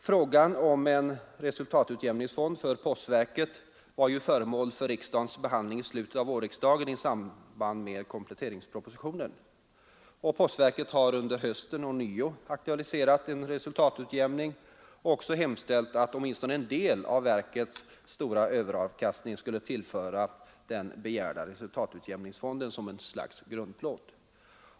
Frågan om en resultatutjämningsfond för postverket var ju föremål för riksdagens behandling i slutet av vårriksdagen i samband med kompletteringspropositionen, och postverket har under hösten ånyo aktualiserat frågan och hemställt att åtminstone en del av verkets stora överavkast ning skulle tillföras den begärda resultatutjämningsfonden som ett slags grundplåt.